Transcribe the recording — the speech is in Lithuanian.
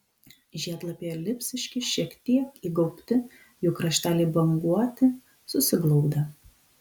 žiedlapiai elipsiški šiek tiek įgaubti jų krašteliai banguoti susiglaudę